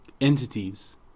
entities